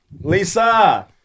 Lisa